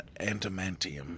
antimantium